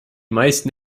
meisten